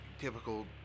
typical